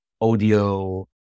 audio